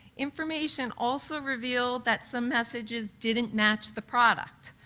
information also revealed that some messages didn't match the product.